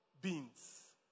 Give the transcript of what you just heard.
beans